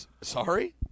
Sorry